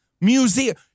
museum